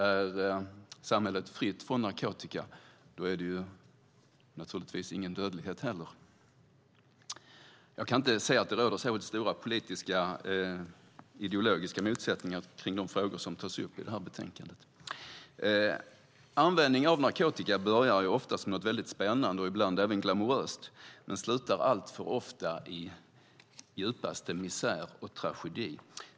Är samhället fritt från narkotika är det naturligtvis inte heller någon dödlighet. Jag kan inte se att det råder så stora politiska ideologiska motsättningar kring de frågor som tas upp i betänkandet. Användning av narkotika börjar ofta som något väldigt spännande och ibland även glamoröst, men slutar alltför ofta i djupaste misär och tragedi.